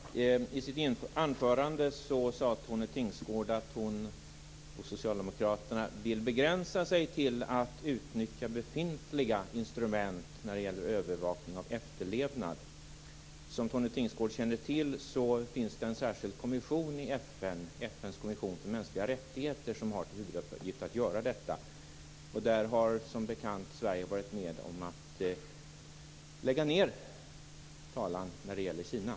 Herr talman! I sitt anförande sade Tone Tingsgård att hon och Socialdemokraterna vill begränsa sig till att utnyttja befintliga instrument när det gäller övervakning av efterlevnad. Som Tone Tingsgård känner till, finns det en särskild kommission i FN, FN:s kommission för mänskliga rättigheter, som har till huvuduppgift att göra detta. Där har Sverige, som bekant, varit med om att lägga ned talan när det gäller Kina.